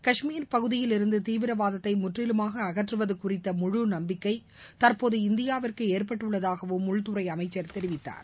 காஷ்மீர் பகுதியில் இருந்து தீவிரவாதத்தை முற்றிலுமாக அகற்றுவது குறித்த முழு நம்பிக்கை தற்போது இந்தியாவிற்கு ஏற்பட்டுள்ளதாகவும் உள்துறை அமைச்சர் தெரிவித்தார்